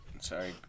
Sorry